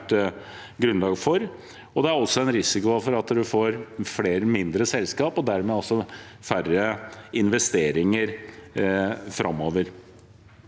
grunnlag for. Det er også en risiko for at man får flere mindre selskaper og dermed færre investeringer framover.